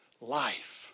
life